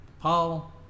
Paul